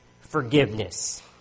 forgiveness